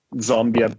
zombie